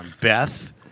Beth